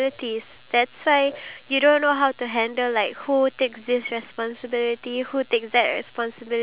love that they experience with their partner so for example like um I take out these two couple